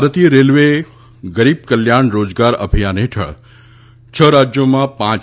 ભારતીય રેલવે એ ગરીબ કલ્યાણ રોજગાર અભિયાન હેઠળ છ રાજયોમાં પાંચ